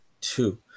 two